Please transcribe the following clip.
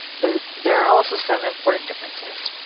but there are also some important differences.